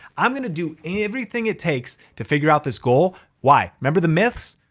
i'm gonna do everything it takes to figure out this goal. why? remember the myths?